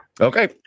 Okay